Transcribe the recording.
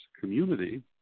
community